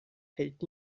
hält